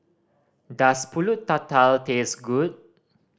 does Pulut Tatal taste good